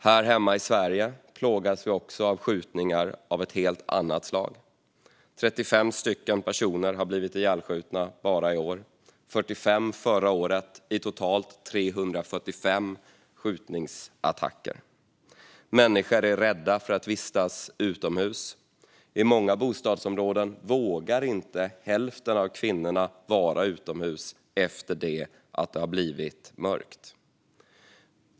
Här hemma i Sverige plågas vi också av skjutningar av ett helt annat slag. 35 personer har blivit ihjälskjutna bara i år. Förra året var det 45 personer som sköts ihjäl i totalt 345 skjutattacker. Människor är rädda för att vistas utomhus. I många bostadsområden vågar inte hälften av kvinnorna vara utomhus när det har blivit mörkt.